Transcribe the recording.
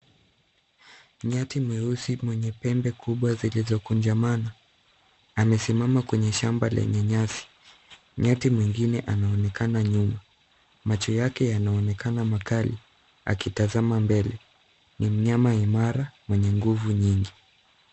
Nyati mweusi mwenye pembe kubwa zilizokunjamana amsimama kwenye shamba lenye nyasi. Nyati mwingine anaonekana nyuma, macho yake yanaonekana makali akitazama mbele ni mnyama imara mwenye nguvu nyingi.